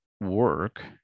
work